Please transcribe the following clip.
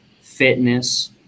fitness